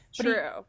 true